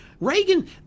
Reagan